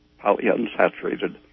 polyunsaturated